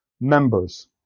members